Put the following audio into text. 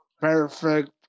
perfect